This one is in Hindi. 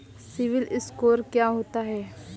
सिबिल स्कोर क्या होता है?